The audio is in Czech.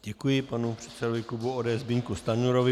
Děkuji panu předsedovi klubu ODS Zbyňku Stanjurovi.